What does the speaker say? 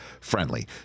friendly